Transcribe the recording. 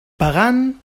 pagant